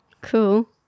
Cool